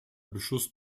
beschuss